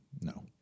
No